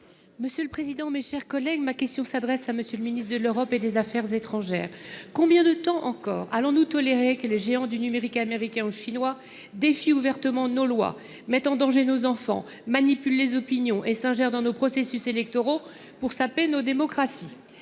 pour le groupe Union Centriste. Ma question s’adresse à M. le ministre de l’Europe et des affaires étrangères. Combien de temps encore allons nous tolérer que les géants du numérique américains ou chinois défient ouvertement nos lois, mettent en danger nos enfants, manipulent les opinions et s’ingèrent dans nos processus électoraux pour saper nos démocraties ?